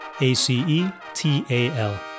A-C-E-T-A-L